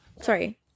Sorry